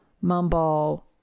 mumble